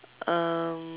um